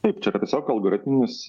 taip čia yra tiesiog algoritminis